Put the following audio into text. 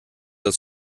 das